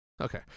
Okay